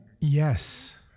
Yes